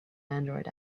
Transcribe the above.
android